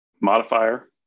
modifier